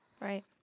Right